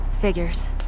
Figures